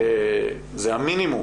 זה המינימום